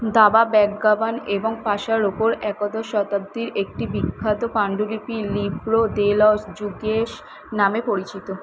দাবা ব্যাগ্যামন এবং পাশার ওপর একাদশ শতাব্দীর একটি বিখ্যাত পাণ্ডুলিপি লিব্রো দে লস জুকেস নামে পরিচিত